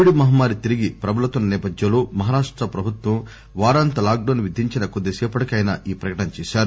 Covid మహమ్మారి తిరిగి ప్రబలుతున్న నేపధ్యంలో మహారాష్ట ప్రభుత్వం వారాంత లాక్ డౌస్ విధించిన కొద్ది సేపటికే ఆయన ఈ ప్రకటన చేశారు